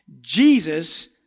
Jesus